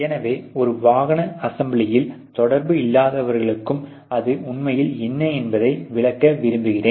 எனவே ஒரு வாகன அசெம்பிலியில் தொடர்பு இல்லாதவர்களுக்கு அது உண்மையில் என்ன என்பதை விளக்க விரும்புகிறேன்